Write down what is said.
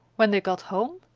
when they got home,